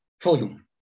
volume